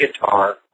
guitar